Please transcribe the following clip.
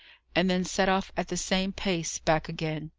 and then set off at the same pace back again.